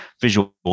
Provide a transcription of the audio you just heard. visual